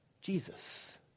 Jesus